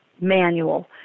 manual